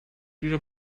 diese